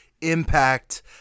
impact